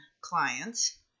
clients